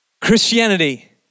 Christianity